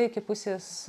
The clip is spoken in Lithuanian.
iki pusės